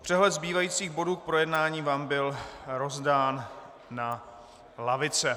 Přehled zbývajících bodů k projednání vám byl rozdán na lavice.